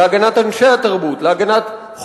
להגנת אנשי התרבות,